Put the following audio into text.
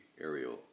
Ariel